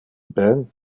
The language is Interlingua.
ben